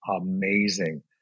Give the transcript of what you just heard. amazing